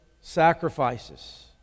sacrifices